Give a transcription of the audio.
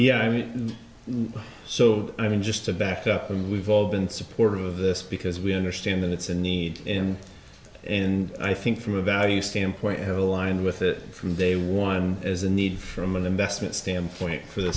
mean so i mean just to back up and we've all been supportive of this because we understand that it's a need in and i think from a value standpoint i have aligned with it from day one as a need from an investment standpoint for the